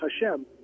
Hashem